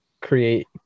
create